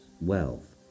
wealth